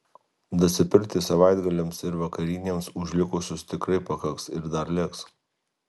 dasipirkti savaitgaliams ir vakarienėms už likusius tikrai pakaks ir dar liks